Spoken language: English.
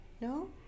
No